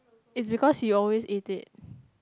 is because you always eat it